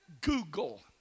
Google